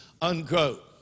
unquote